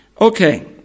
Okay